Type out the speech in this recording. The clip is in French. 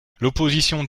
l’opposition